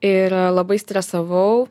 ir labai stresavau